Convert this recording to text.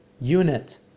unit